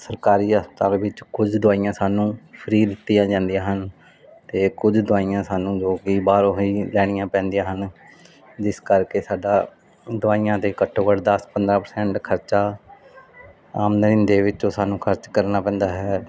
ਸਰਕਾਰੀ ਹਸਪਤਾਲ ਵਿੱਚ ਕੁਝ ਦਵਾਈਆਂ ਸਾਨੂੰ ਫਰੀ ਦਿੱਤੀਆਂ ਜਾਂਦੀਆਂ ਹਨ ਤੇ ਕੁਝ ਦਵਾਈਆਂ ਸਾਨੂੰ ਜੋ ਕੀ ਬਾਹਰੋਂ ਹੀ ਲੈਣੀਆਂ ਪੈਂਦੀਆਂ ਹਨ ਜਿਸ ਕਰਕੇ ਸਾਡਾ ਦਵਾਈਆਂ ਦੇ ਘੱਟੋ ਘੱਟ ਦਸ ਪੰਦਰਾਂ ਪਰਸੈਂਟ ਖਰਚਾ ਆਮਦਨੀ ਦੇ ਵਿੱਚੋਂ ਸਾਨੂੰ ਖਰਚ ਕਰਨਾ ਪੈਂਦਾ ਹੈ